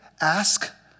ask